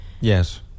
Yes